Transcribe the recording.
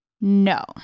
no